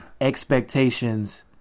expectations